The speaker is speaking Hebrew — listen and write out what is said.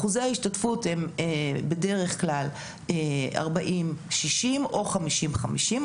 אחוזי ההשתתפות הם בדרך כלל 40-60 או 50-50,